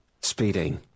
Speeding